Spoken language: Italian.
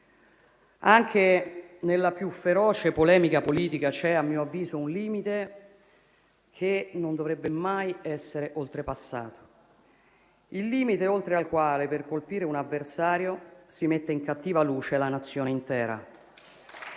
Anche nella più feroce polemica politica c'è, a mio avviso, un limite che non dovrebbe mai essere oltrepassato, il limite oltre il quale, per colpire un avversario, si mette in cattiva luce la Nazione intera